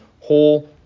whole